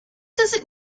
does